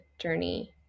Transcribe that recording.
journey